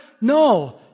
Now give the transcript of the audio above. No